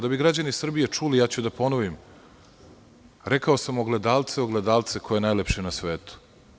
Da bi građani Srbije čuli, ja ću da ponovim – ogledalce, ogledalce ko je najlepši na svetu?